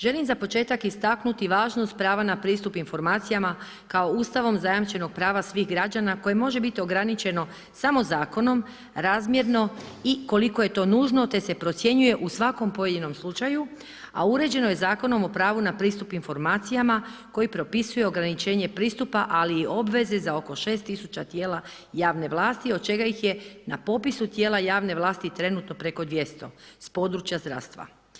Želim za početak istaknuti važnost prava na pristup informacijama kao Ustavom zajamčenog prava svih građana koje može biti ograničeno samo zakonom razmjerno i koliko je to nužno te se procjenjuje u svakom pojedinom slučaju a uređeno je Zakonom o pravu na pristup informacijama koji propisuje ograničenje pristupa ali i obveze za oko 6 000 tijela javne vlasti od čega ih je na popisu tijela javne vlasti trenutno preko 200 s područja zdravstva.